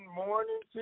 morning